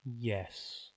Yes